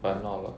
but not a lot